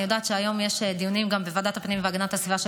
אני יודעת שיש דיונים גם בוועדת הפנים והגנת הסביבה של